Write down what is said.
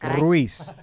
Ruiz